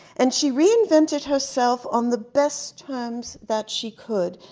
and she reinvented herself on the best terms that she could,